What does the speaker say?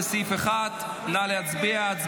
לסעיף 1. נא להצביע.